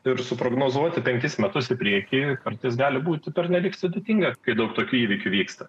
ir suprognozuoti penkis metus į priekį kartais gali būti pernelyg sudėtinga kai daug tokių įvykių vyksta